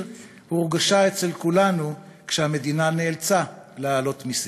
הורגשה אצל כולנו כשהמדינה נאלצה להעלות מסים.